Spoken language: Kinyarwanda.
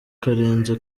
karenze